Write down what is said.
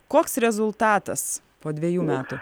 koks rezultatas po dvejų metų